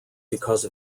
because